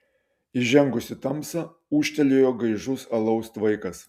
įžengus į tamsą ūžtelėjo gaižus alaus tvaikas